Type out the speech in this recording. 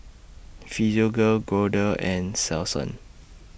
Physiogel Kordel's and Selsun